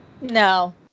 No